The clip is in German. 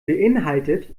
beeinhaltet